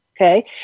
okay